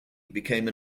became